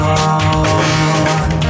on